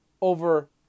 over